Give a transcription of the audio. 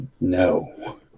No